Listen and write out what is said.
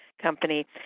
company